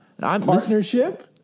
partnership